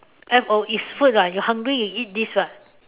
F O it's food [what] you hungry you eat this [what]